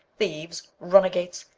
thieves, runagates,